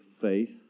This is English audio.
faith